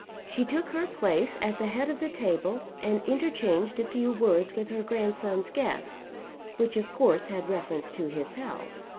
she took her place at the head of the table and interchanged a few words with her grandson's guest which of course had reference to his health.